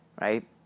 right